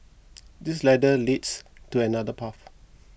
this ladder leads to another path